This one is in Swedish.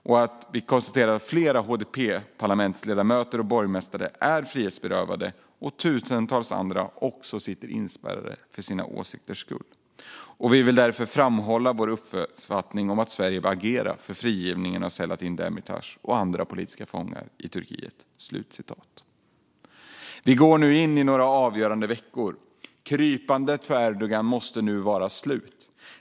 Man fortsätter: "Vi konstaterar att flertalet HDP-parlamentsledamöter och borgmästare är frihetsberövade och tusentals andra sitter också inspärrade för sina åsikters skull." Vidare skriver man: "Vi vill därför framhålla vår uppfattning att Sverige bör agera för frigivning av Selahattin Demirtas och andra politiska fångar i Turkiet." Vi går nu in i några avgörande veckor. Krypandet för Erdogan måste nu vara slut.